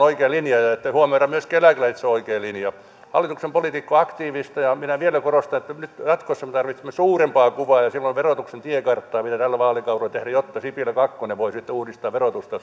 oikea linja ja ja se että huomioidaan myöskin eläkeläiset on oikea linja hallituksen politiikka on aktiivista minä vielä korostan että nyt jatkossa me tarvitsemme suurempaa kuvaa ja silloin verotuksen tiekarttaa mitä tällä vaalikaudella tehdään jotta sipilä kakkonen voisi sitten uudistaa verotusta